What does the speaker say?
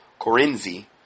Corinzi